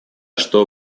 что